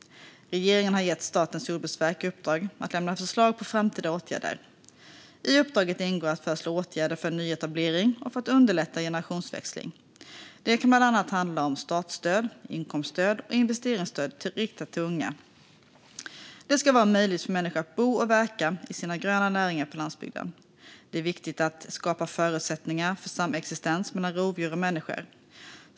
Regeringen har gett Statens jordbruksverk i uppdrag att lämna förslag på framtida åtgärder. I uppdraget ingår att föreslå åtgärder för nyetablering och för att underlätta generationsväxling. Det kan bland annat handla om startstöd, inkomststöd och investeringsstöd riktat till unga. Det ska vara möjligt för människor att bo och verka i sina gröna näringar på landsbygden. Det är viktigt att skapa förutsättningar för samexistens mellan rovdjur och människor.